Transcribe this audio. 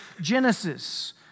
Genesis